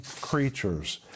creatures